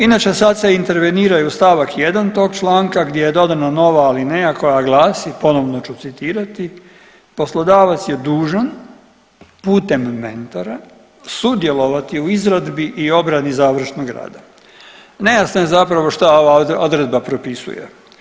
Inače sad se intervenira i u stavak 1. tog članka gdje je dodana nova alineja koja glasi ponovno ću citirati: „Poslodavac je dužan putem mentora sudjelovati u izradi i obrani završnog rada.“ Nejasno je zapravo što ova odredba propisuje.